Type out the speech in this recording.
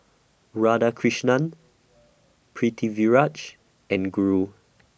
Radhakrishnan Pritiviraj and Guru